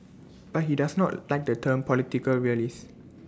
but he does not like the term political realist